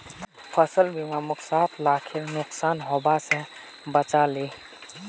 फसल बीमा मोक सात लाखेर नुकसान हबा स बचा ले